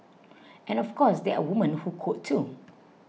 and of course there are women who code too